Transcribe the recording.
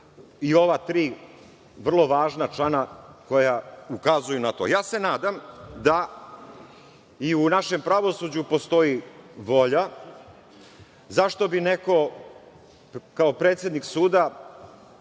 i ova tri vrlo važna člana koja ukazuju na to. Nadam se da i u našem pravosuđu postoji volja, zašto bi neko kao predsednik suda